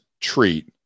treat